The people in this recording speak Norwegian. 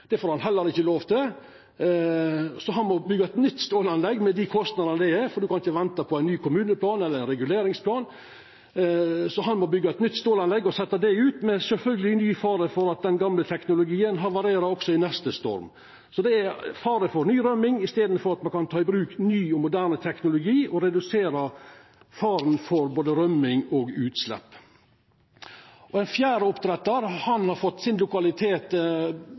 Det får han heller ikkje lov til, så han må byggja eit nytt stålanlegg, med dei kostnadene det gjev. Ein kan ikkje venta på ein ny kommuneplan eller reguleringsplan, så han må altså byggja eit nytt stålanlegg og setja det ut, sjølvsagt med fare for at den gamle teknologien havarerer også i neste storm. Så det er fare for ny rømming, i staden for at han kan ta i bruk ny, moderne teknologi og redusera faren for både rømming og utslepp. Ein fjerde oppdrettar har fått sin lokalitet